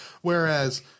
whereas